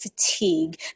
fatigue